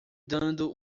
dando